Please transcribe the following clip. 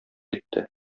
итте